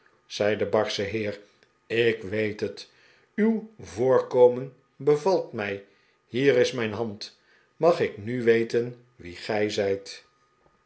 zei de barsche heer ik weet het uw voorkomen bevalt mij hier is mijn hand mag ik nu weten wie gij zijt